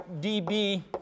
db